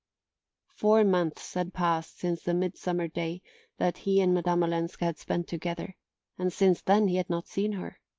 four months had passed since the midsummer day that he and madame olenska had spent together and since then he had not seen her.